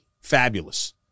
Fabulous